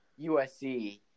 USC